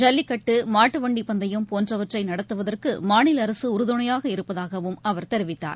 ஜல்லிக்கட்டு மாட்டுவண்டி பந்தயம் போன்றவற்றை நடத்துவதற்கு மாநில அரசு உறுதணையாக இருப்பதாகவும் அவர் தெரிவித்தார்